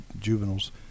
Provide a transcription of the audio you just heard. juveniles